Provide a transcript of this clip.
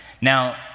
Now